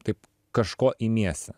taip kažko imiesi